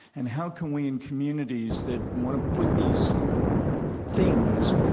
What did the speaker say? and how can we, in communities that want to put these things,